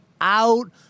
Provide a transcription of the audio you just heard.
out